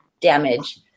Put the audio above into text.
damage